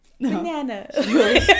banana